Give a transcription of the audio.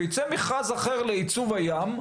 וייצא מכרז אחר לייצוב הים,